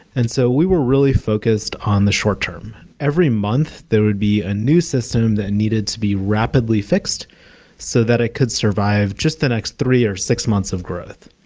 and so we were really focused on the short-term. every month, there would be a new system that needed to be rapidly fixed so that it could survive just the next three or six months of growth.